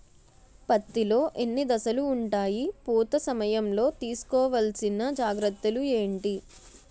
పత్తి లో ఎన్ని దశలు ఉంటాయి? పూత సమయం లో తీసుకోవల్సిన జాగ్రత్తలు ఏంటి?